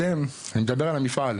אתם, אני מדבר על המפעל,